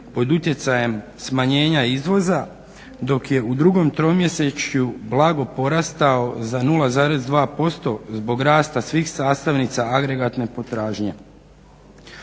pod utjecajem smanjena izvoza dok je u drugom tromjesečju blago porastao za 0,2% zbog rasta svih sastavnica agregatne potražnje.